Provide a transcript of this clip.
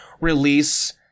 release